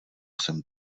jsem